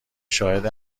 شاهد